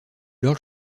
lord